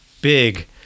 big